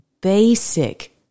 basic